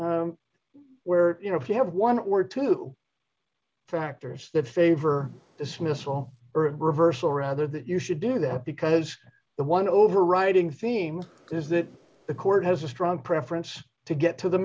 where you know if you have one or two factors that favor dismissal or reversal rather that you should do that because the one overriding theme is that the court has a strong preference to get to the